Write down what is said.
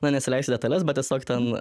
na nesileisiu į detales bet tiesiog ten